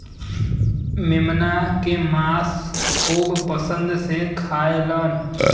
मेमना के मांस खूब पसंद से खाएलन